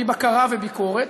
גורמי בקרה וביקורת,